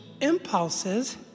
impulses